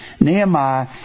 Nehemiah